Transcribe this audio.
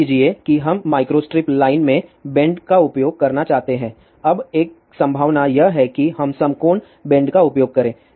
मान लीजिए कि हम माइक्रोस्ट्रिप लाइन में बेंड का उपयोग करना चाहते हैं अब एक संभावना यह है कि हम समकोण बेंड का उपयोग करें